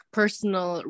personal